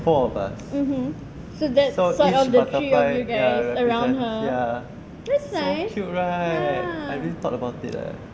four of us so each butterfly represents ah ya so cute right I really thought about it lah